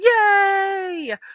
yay